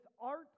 art